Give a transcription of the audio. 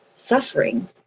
suffering